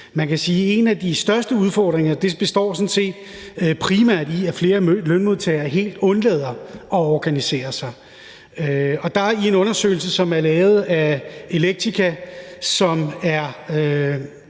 en af de største udfordringer sådan set primært består i, at flere lønmodtagere helt undlader at organisere sig. I en undersøgelse, som er lavet af Electica for